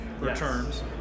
returns